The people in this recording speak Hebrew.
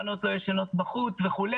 בנות לא ישנות בחוץ וכו'.